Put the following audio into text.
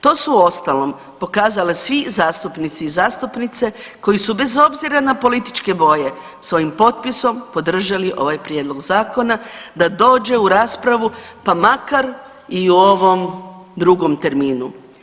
To su uostalom pokazali svi zastupnici i zastupnice koji su bez obzira na političke boje svojim potpisom podržali ovaj prijedlog zakona da dođe u raspravu, pa makar i u ovom drugom terminu.